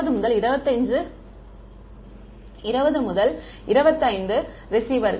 மாணவர் 20 முதல் 25 ரிசீவேர்ஸ்